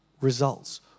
results